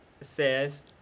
says